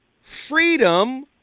Freedom